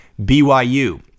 BYU